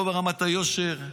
לא ברמת היושר,